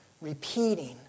repeating